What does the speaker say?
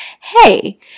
hey